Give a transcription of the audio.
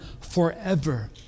forever